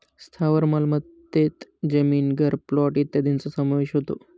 स्थावर मालमत्तेत जमीन, घर, प्लॉट इत्यादींचा समावेश होतो